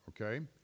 okay